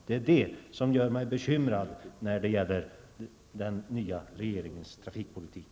Det är det som gör mig bekymrad när det gäller den nya regeringens trafikpolitik.